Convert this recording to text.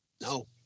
no